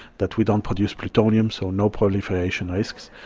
that we don't produce plutonium so no proliferation risks,